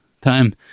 time